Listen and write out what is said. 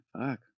fuck